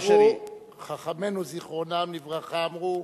חכמינו זיכרונם לברכה אמרו: